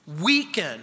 weaken